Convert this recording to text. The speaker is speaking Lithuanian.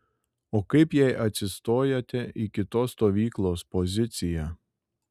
o kaip jei atsistojate į kitos stovyklos poziciją